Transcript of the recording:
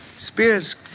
Spears